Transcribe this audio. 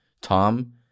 Tom